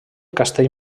castell